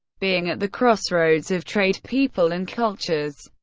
being at the crossroads of trade, people and cultures,